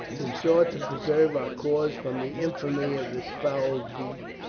we sought to preserve our cause from the infamy of this foul deed.